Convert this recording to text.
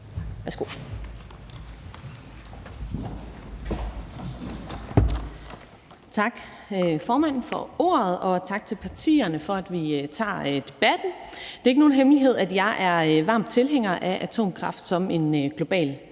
Tak for ordet, formand, og tak til partierne for, at vi tager debatten. Det er ikke nogen hemmelighed, at jeg er varm tilhænger af atomkraft som en global